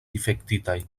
difektitaj